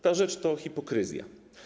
Ta rzecz to hipokryzja.